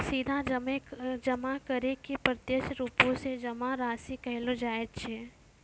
सीधा जमा करै के प्रत्यक्ष रुपो से जमा राशि कहलो जाय छै